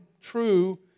true